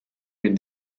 read